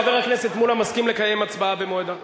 חבר הכנסת מולה מסכים לקיים הצבעה במועד אחר.